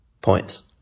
points